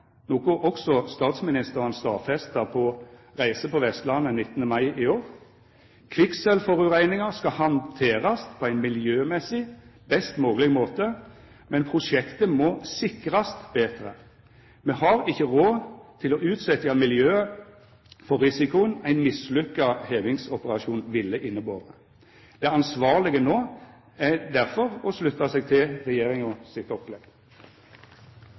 noko også statsministeren stadfesta på reise på Vestlandet 19. mai i år. Kvikksølvforureininga skal handterast på ein miljømessig best mogleg måte, men prosjektet må sikrast betre. Me har ikkje råd til å utsetja miljøet for risikoen ein mislukka hevingsoperasjon ville innebera. Det ansvarlege no er difor å slutta seg til Regjeringa sitt opplegg.